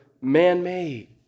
man-made